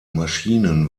maschinen